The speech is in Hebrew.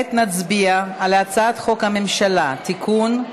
כעת נצביע על הצעת חוק הממשלה (תיקון,